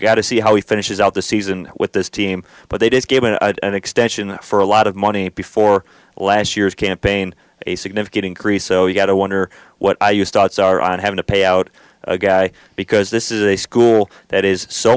got to see how he finishes out the season with this team but they didn't give him an extension for a lot of money before last year's campaign a significant increase so you got to wonder what i use dots are on have to pay out a guy because this is a school that is so